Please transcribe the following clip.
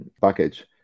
package